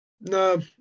No